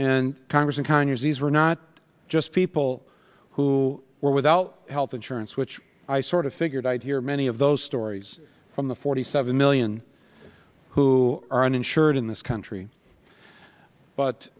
and congressman conyers these were not just people who were without health insurance which i sort of figured i'd hear many of those stories from the forty seven million who are uninsured in this country but